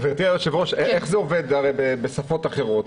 גברתי, איך זה עובד בשפות אחרות?